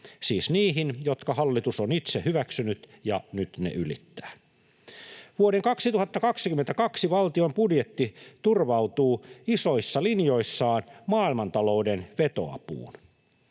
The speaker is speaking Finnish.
kehyksiin, jotka hallitus on itse hyväksynyt ja nyt ylittää. Vuoden 2022 valtionbudjetti turvautuu isoissa linjoissaan maailmantalouden vetoapuun.